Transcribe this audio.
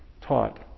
taught